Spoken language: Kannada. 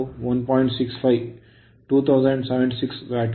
65 2076 ವ್ಯಾಟ್ಗಳು